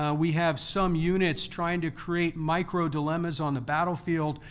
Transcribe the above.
ah we have some units trying to create micro dilemmas on the battlefield,